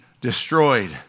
destroyed